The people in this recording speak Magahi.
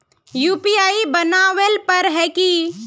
यु.पी.आई बनावेल पर है की?